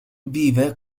vive